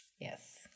yes